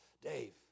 Dave